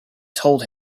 told